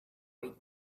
wake